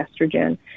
estrogen